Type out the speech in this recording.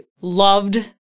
loved